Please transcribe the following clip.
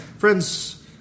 Friends